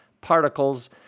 particles